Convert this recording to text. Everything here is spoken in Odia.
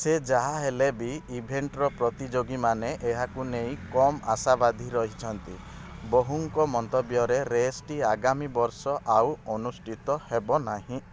ସେ ଯାହା ହେଲେ ବି ଇଭେଣ୍ଟର ପ୍ରତିଯୋଗୀମାନେ ଏହାକୁ ନେଇ କମ ଆଶାବାଦୀ ରହିଛନ୍ତି ବହୁଙ୍କ ମନ୍ତବ୍ୟରେ ରେସଟି ଆଗାମୀ ବର୍ଷ ଆଉ ଅନୁଷ୍ଠିତ ହେବ ନାହିଁ